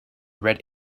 red